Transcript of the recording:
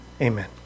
Amen